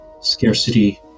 scarcity